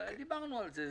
דיברנו על זה.